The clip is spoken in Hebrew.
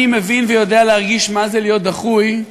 מבין ויודע להרגיש מה זה להיות דחוי,